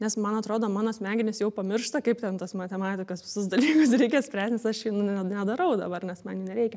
nes man atrodo mano smegenys jau pamiršta kaip ten tas matematikas visus dalykus reikia spręst nes aš einu ne nedarau dabar nes man jų nereikia